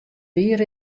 wier